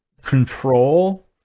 control